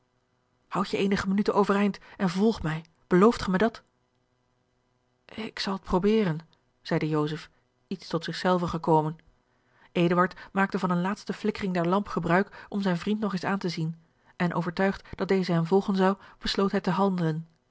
houd je eenige minuten overeind en volg mij belooft ge mij dat k zal t proberen zeide joseph iets tot zich zelven gekomen eduard maakte van eene laatste flikkering der lamp gebruik om zijn vriend nog eens aan te zien en overtuigd dat deze hem volgen zou besloot hij te handelen